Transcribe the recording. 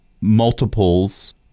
multiples